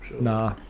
nah